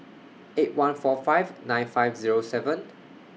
eight one four five nine five Zero seven